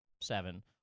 seven